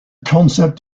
concept